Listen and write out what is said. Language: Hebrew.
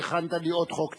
הכנת לי עוד חוק צינון.